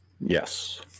yes